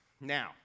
Now